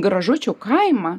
gražučių kaimą